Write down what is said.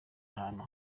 ahantu